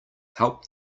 help